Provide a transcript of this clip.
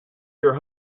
your